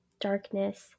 darkness